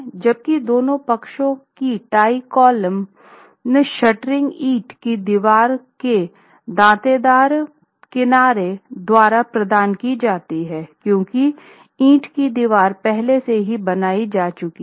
जबकि दोनों पक्षों की टाई कॉलम शटरिंग ईंट की दीवार के दांतेदार किनारों द्वारा प्रदान की जाती है क्योंकि ईंट की दीवार पहले से ही बनाई जा चुकी है